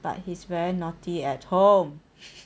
but he's very naughty at home